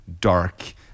dark